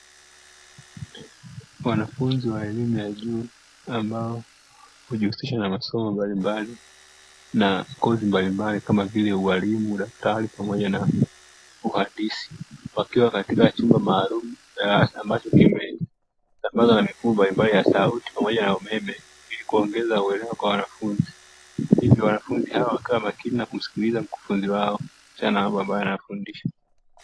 Wanafunzi wa elimu ya juu ambao hujihusisha na masomo mbalimbali na kozi mbalimbali kama vile ualimu, udaktari na uhandisi wakiwa katika chumba maalumu ambacho kimesambazwa na vyombo mbalimbali vya sauti ili waweze kumsikiliza mwalimu wao jinsi anavyowafundisha.